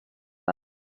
hop